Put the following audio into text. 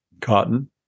cotton